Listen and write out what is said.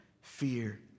fear